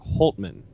Holtman